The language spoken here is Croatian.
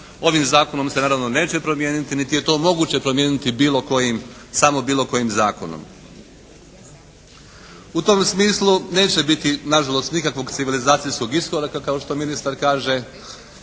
ovim zakonom će naravno neće promijeniti niti je to moguće promijeniti bilo kojim, samo bilo kojim zakonom. U tom smislu neće biti nažalost nikakvog civilizacijskog iskoraka kao što ministar kaže.